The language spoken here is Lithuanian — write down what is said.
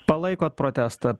palaikot protestą